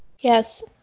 Yes